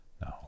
no